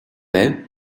байв